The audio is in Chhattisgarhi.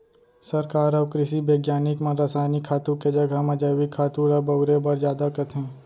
सरकार अउ कृसि बिग्यानिक मन रसायनिक खातू के जघा म जैविक खातू ल बउरे बर जादा कथें